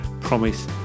promise